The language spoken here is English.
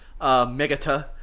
Megata